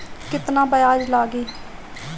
केतना ब्याज लागी?